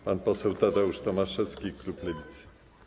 Pan poseł Tadeusz Tomaszewski, klub Lewicy.